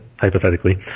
hypothetically